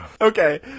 Okay